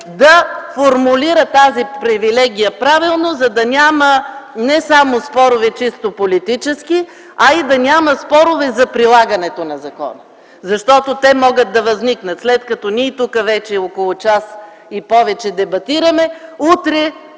да формулира тази привилегия правилно, не само за да няма чисто политически спорове, а и да няма спорове за прилагането на закона. Те могат да възникнат, след като ние вече около час и повече дебатираме